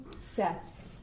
sets